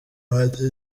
hanze